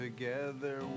Together